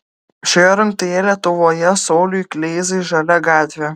šioje rungtyje lietuvoje sauliui kleizai žalia gatvė